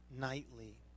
nightly